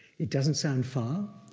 it doesn't sound far,